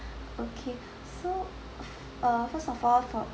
okay so uh first of all for